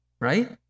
right